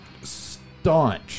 staunch